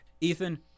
Ethan